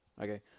Okay